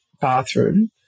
bathroom